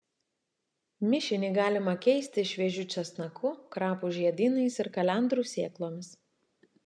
mišinį galima keisti šviežiu česnaku krapų žiedynais ir kalendrų sėklomis